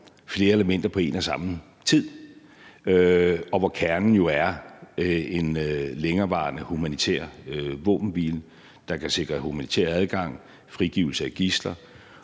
flere elementer på en og samme tid, og hvor kernen jo er en længerevarende humanitær våbenhvile, der kan sikre humanitær adgang, frigivelse af gidsler